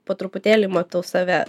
po truputėlį matau save